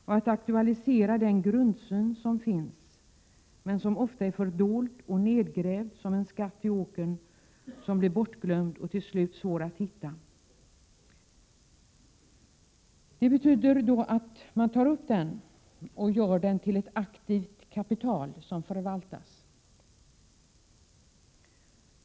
Vi vill även aktualisera den grundsyn som finns men som ofta är fördold och nedgrävd som en skatt i åkern och därför blir bortglömd och till slut svår att hitta. Vi måste alltså aktualisera denna grundsyn och göra den till ett aktivt kapital som förvaltas.